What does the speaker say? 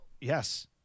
Yes